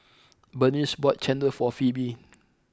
Burnice bought Chendol for Phoebe